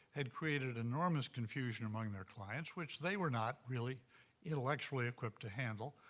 had created enormous confusion among their clients, which they were not really intellectually equipped to handle.